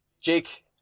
Jake